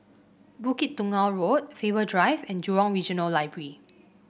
Bukit Tunggal Road Faber Drive and Jurong Regional Library